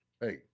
hey